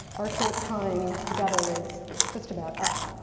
our short time together is just about up.